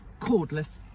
cordless